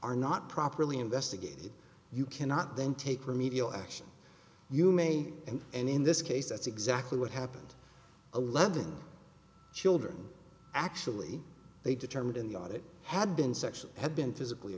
are not properly investigated you cannot then take remedial action you may and and in this case that's exactly what happened eleven children actually they determined in god it had been sexual had been physically